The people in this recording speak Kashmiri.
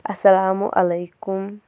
السلامُ عَلیکُم